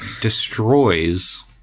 Destroys